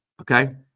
okay